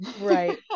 right